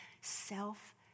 self